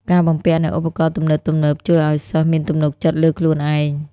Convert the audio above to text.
ការបំពាក់នូវឧបករណ៍ទំនើបៗជួយសិស្សឱ្យមានទំនុកចិត្តលើខ្លួនឯង។